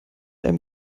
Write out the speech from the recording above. einem